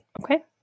okay